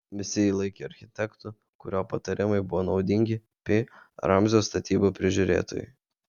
visi jį laikė architektu kurio patarimai buvo naudingi pi ramzio statybų prižiūrėtojui